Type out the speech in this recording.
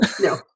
No